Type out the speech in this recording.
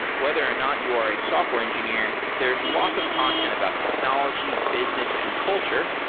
whether or not you are a software engineer, there's lots of content about technology, business and culture.